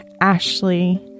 Ashley